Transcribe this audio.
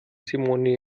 simone